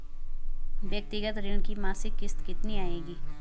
व्यक्तिगत ऋण की मासिक किश्त कितनी आएगी?